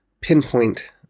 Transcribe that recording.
pinpoint